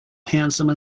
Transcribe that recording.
handsome